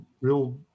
real